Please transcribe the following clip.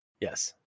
Yes